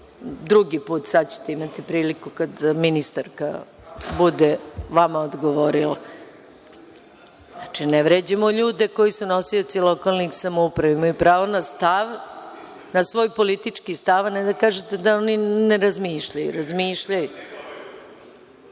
Drugi put. Imaćete priliku kada ministarka bude vama odgovorila. Znači, ne vređamo ljude koji su nosioci u lokalnim samoupravama. Imaju pravo na svoj politički stav, a ne da kažete da oni ne razmišljaju. Razmišljaju.(Zoran